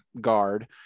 guard